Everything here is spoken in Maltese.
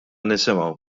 nisimgħu